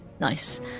Nice